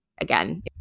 Again